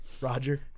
Roger